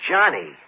Johnny